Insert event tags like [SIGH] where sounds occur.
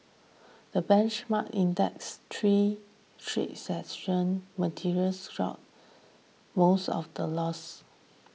the benchmark index straight [UNINTELLIGIBLE] sessions materials stocks most of the loss